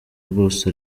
rwose